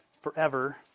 forever